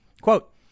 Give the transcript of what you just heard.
Quote